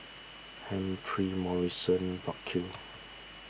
Humphrey Morrison Burkill